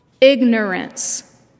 ignorance